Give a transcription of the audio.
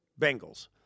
Bengals